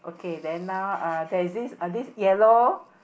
okay then now uh there's this this is yellow